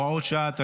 הוראת שעה),